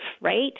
right